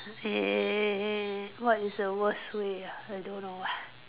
eh what is a worse way ah I don't know eh